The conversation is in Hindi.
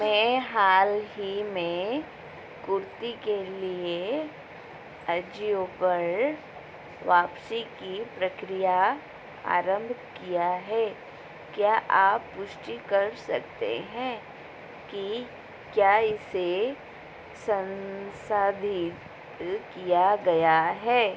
मैं हाल ही में कुर्ती के लिए ऑज़िओ पर वापसी की प्रक्रिया आरम्भ किया है क्या आप पुष्टि कर सकते हैं कि क्या इसे सन्साधित किया गया है